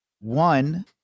one